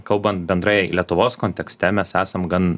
kalbant bendrai lietuvos kontekste mes esam gan